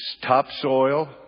topsoil